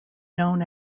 known